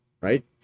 right